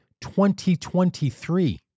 2023